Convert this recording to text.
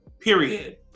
period